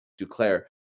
Duclair